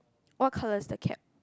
what colour is the cap